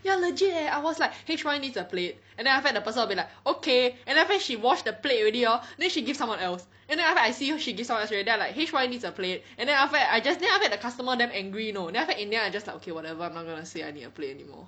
ya legit leh I was like H Y needs a plate and then after that the person will be like okay then after she wash the plate already hor then she give someone else and then after I see she give someone else already then I'm like H Y needs a plate and then after that I just then after that the customer damn angry you know then after that in the end I just like okay whatever I'm not gonna say I need a plate anymore